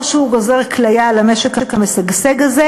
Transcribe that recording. או שהוא גוזר כליה על המשק המשגשג הזה,